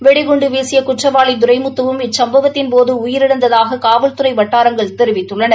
வெடிகுண்டு வீசிய குற்றவாளி துரைமுத்துவும் இச்சம்பவத்தின்போது உயிரிழந்ததாக காவல்துறை வட்டாரங்கள் தெரிவித்துள்ளன